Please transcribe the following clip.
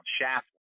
shaft